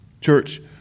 Church